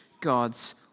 God's